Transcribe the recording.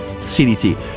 CDT